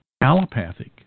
allopathic